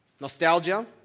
Nostalgia